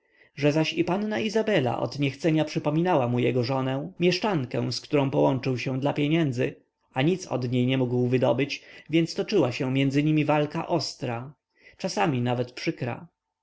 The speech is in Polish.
że zaś i panna izabela odniechcenia przypominała mu jego żonę mieszczankę z którą połączył się dla pieniędzy a nic od niej nie mógł wydobyć więc toczyła się między nimi walka ostra czasami nawet przykra